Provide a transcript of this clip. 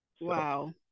Wow